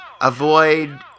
avoid